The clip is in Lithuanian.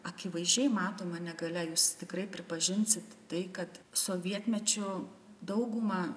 akivaizdžiai matoma negalia jūs tikrai pripažinsit tai kad sovietmečiu daugumą